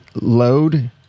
load